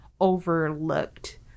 overlooked